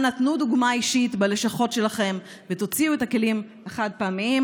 אנא תנו דוגמה אישית בלשכות שלכם ותוציאו את הכלים החד-פעמיים,